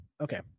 Okay